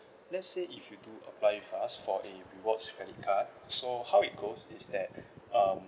let's say if you do uh buy with us for a rewards credit card so how it goes is that um